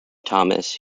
thomas